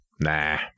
Nah